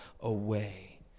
away